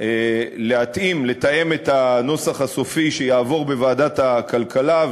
לתאם את הנוסח הסופי שיעבור בוועדת הכלכלה,